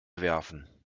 werfen